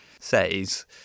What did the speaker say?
says